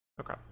Okay